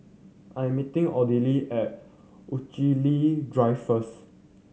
I am meeting Odelia at Rochalie Drive first